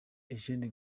eugene